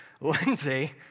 Lindsay